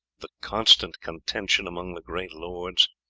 the constant contention among the great lords,